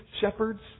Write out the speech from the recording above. shepherds